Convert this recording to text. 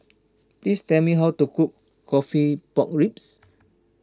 please tell me how to cook Coffee Pork Ribs